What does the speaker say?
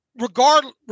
regardless